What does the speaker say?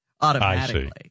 automatically